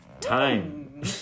Time